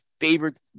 favorite